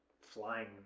flying